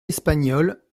espagnol